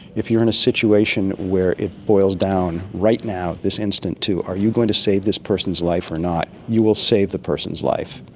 if you are in a situation where it boils down, right now, this instant, to are you going to say this person's life or not, you will save the person's life.